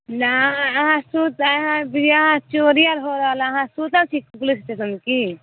नहि अहाँ सुतऽ इहाँ बिरियहा चोरी आर हो रहल हय अहाँ सुतल छी पुलिस स्टेशनमे की